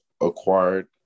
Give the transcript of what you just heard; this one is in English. acquired